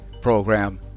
program